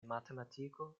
matematiko